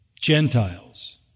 Gentiles